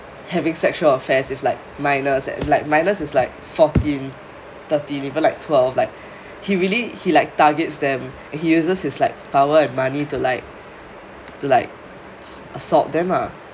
having sexual offence with like minors and like minors is like fourteen thirteen even like twelve like he really he like targets them and he uses his like power and money to like to like assault them ah